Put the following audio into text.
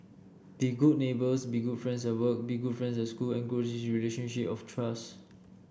be good neighbours be good friends at work be good friends at school and grow relationship of trust